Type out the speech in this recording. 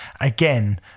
again